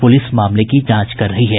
प्रलिस मामले की जांच कर रही है